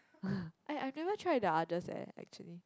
I I've never tried the others eh actually